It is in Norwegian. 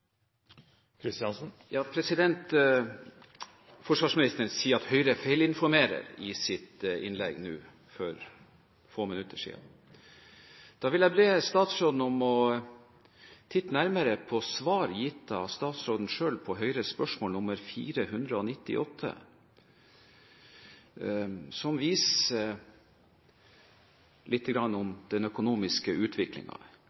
Forsvarsministeren sa i sitt innlegg for få minutter siden at Høyre feilinformerer. Jeg vil be statsråden om å titte nærmere på svar gitt av statsråden selv på Høyres spørsmål nr. 498. Det viser